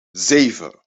zeven